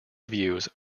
reviews